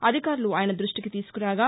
అధికారులు ఆయన దృష్టికి తీసుకురాగా